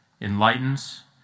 enlightens